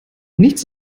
nichts